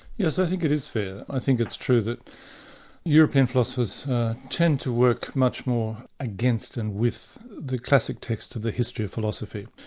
yes, i think it is fair. i think it's true that european philosophers tend to work much more against and with the classic texts of the history of philosophy,